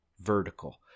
vertical